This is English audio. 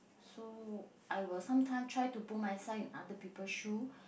so I will sometime try to put myself in other people shoe